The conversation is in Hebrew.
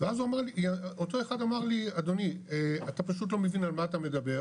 ואז הוא אמר לי אותו אחד אדוני אתה פשוט לא מבין על מה אתה מדבר,